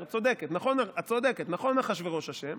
ואויב", והצביעה על אחשוורוש.